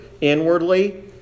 inwardly